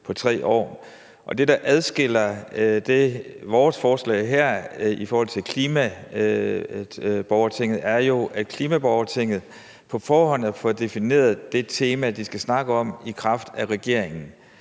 forslag adskiller borgertinget fra klimaborgertinget, er jo, at klimaborgertinget på forhånd har fået defineret det tema, de skal snakke om, i kraft af regeringen,